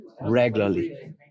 regularly